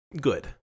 Good